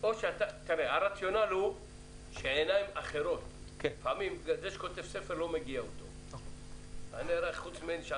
עשרה ימים, שיבוא מישהו בר